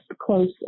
close